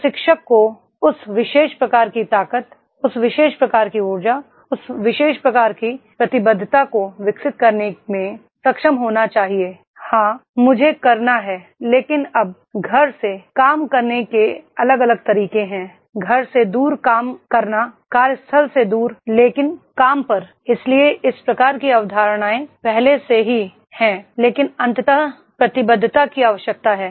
प्रशिक्षक को उस विशेष प्रकार की ताक़त उस विशेष प्रकार की ऊर्जा उस विशेष प्रकार की प्रतिबद्धता को विकसित करने में सक्षम होना चाहिए हाँ मुझे करना है लेकिन अब घर से काम करने के अलग अलग तरीके हैं घर से दूर काम करना कार्यस्थल से दूर लेकिन काम पर इसलिए इस प्रकार की अवधारणाएं पहले से ही हैं लेकिन अंततः प्रतिबद्धता की आवश्यकता है